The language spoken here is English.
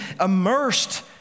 immersed